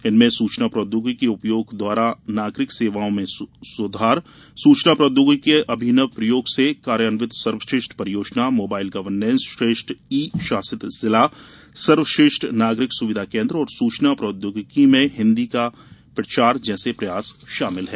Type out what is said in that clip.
इनमें सूचना प्रौद्योगिकी के उपयोग द्वारा नागरिक सेवाओं में सुधार सूचना प्रौद्योगिकी के अभिनव प्रयोग से कार्यान्वित सर्वश्रेष्ठ परियोजना मोबाइल गवर्नेन्स श्रेष्ठ ई शासित जिला सर्वश्रेष्ठ नागरिक सुविधा केन्द्र और सूचना प्रौद्योगिकी में हिन्दी का प्रचार जैसे प्रयास शामिल हैं